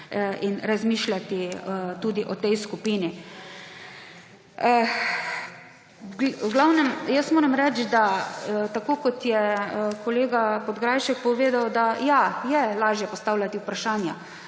in razmišljati tudi o tej skupini. V glavnem moram reči, tako kot je kolega Podkrajšek povedal, da je lažje postavljati vprašanja,